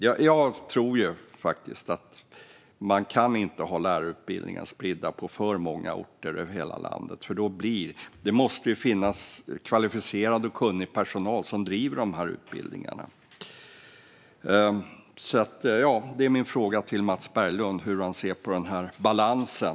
Jag tror inte att man kan ha lärarutbildningen spridd på för många orter över hela landet, för det måste finnas kvalificerad och kunnig personal som driver utbildningarna. Det är min fråga till Mats Berglund. Hur ser han på den här balansen?